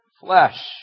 flesh